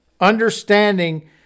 Understanding